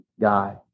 guy